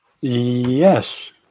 Yes